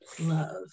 love